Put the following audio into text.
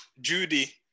Judy